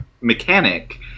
mechanic